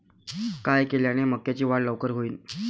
काय केल्यान मक्याची वाढ लवकर होईन?